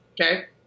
Okay